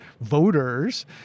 voters